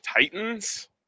Titans